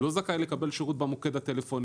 הוא לא זכאי לקבל שירות במוקד הטלפוני.